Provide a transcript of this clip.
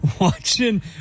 Watching